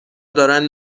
دارن